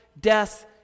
death